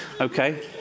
Okay